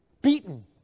beaten